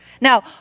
now